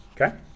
Okay